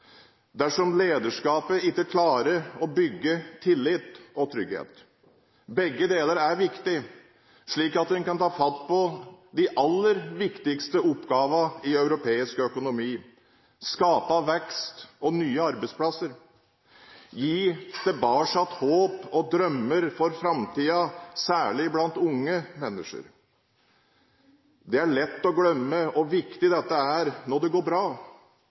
dersom lederskapet ikke klarer å bygge tillit og trygghet. Begge deler er viktig, slik at en kan ta fatt på de aller viktigste oppgavene i europeisk økonomi: Skape vekst og nye arbeidsplasser, gi tilbake håp og drømmer for framtiden, særlig blant unge mennesker. Det er lett å glemme hvor viktig dette er når det går bra.